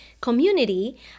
community